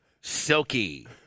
silky